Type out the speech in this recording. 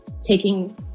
taking